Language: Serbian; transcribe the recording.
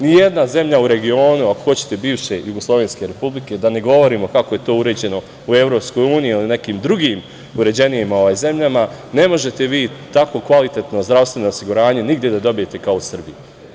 Nijedna zemlja u regionu, ako hoćete bivše jugoslovenske Republike, da ne govorimo kako je to uređeno u EU ili nekim drugim uređenijim zemljama, ne možete vi tako kvalitetno zdravstveno osiguranje nigde da dobijete kao u Srbiji.